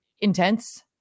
intense